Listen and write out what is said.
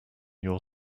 your